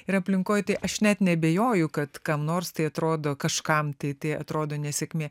ir aplinkoj tai aš net neabejoju kad kam nors tai atrodo kažkam tai tai atrodo nesėkmė